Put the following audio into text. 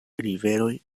riveroj